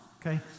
Okay